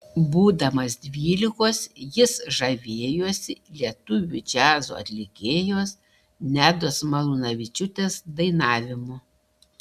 būdamas dvylikos jis žavėjosi lietuvių džiazo atlikėjos nedos malūnavičiūtės dainavimu